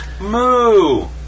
Moo